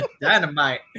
dynamite